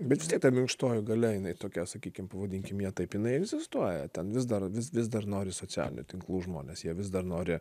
bet ta minkštoji galia jinai tokia sakykime pavadinkime ją taip jinai egzistuoja ten vis dar vis vis dar nori socialinių tinklų žmones jie vis dar nori